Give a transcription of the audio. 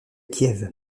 kiev